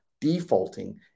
defaulting